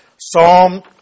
Psalm